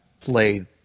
played